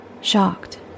Shocked